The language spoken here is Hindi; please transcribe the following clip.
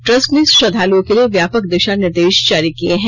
ट्रस्ट ने श्रद्वालुओं के लिए व्यापक दिशानिर्देश जारी किए हैं